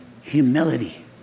Humility